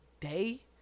day